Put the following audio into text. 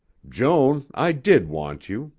joan, i did want you.